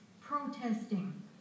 protesting